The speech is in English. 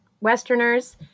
Westerners